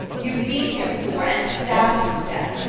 you have been here before and stabbed him to death!